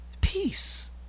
Peace